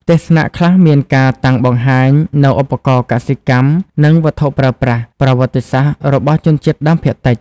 ផ្ទះស្នាក់ខ្លះមានការតាំងបង្ហាញនូវឧបករណ៍កសិកម្ម និង វត្ថុប្រើប្រាស់ ប្រវត្តិសាស្ត្ររបស់ជនជាតិដើមភាគតិច។